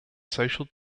social